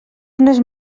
unes